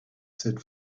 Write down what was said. said